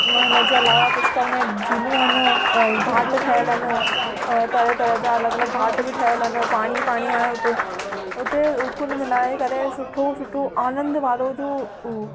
हिनजे अलावा पुष्कर में झिलू आहिनि घाट ठहियल आहिनि तरह तरह जा अलॻि अलॻि घाट बि ठहियल आहिनि पाणी पाणी आहे हुते हुते कुल मिलाए करे सुठो सुठो आनंद वारो जो